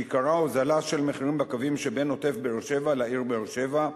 שעיקרה הוזלה של מחירים בקווים שבין עוטף באר-שבע לעיר באר-שבע,